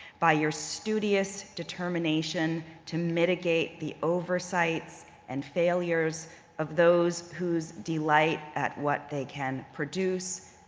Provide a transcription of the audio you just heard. by your studious determination to mitigate the oversights and failures of those whose delight at what they can produce,